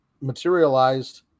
materialized